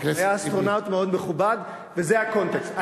הוא היה אסטרונאוט מאוד מכובד, וזה הקונטקסט.